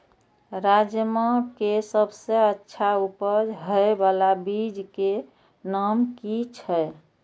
राजमा के सबसे अच्छा उपज हे वाला बीज के नाम की छे?